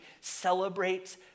celebrates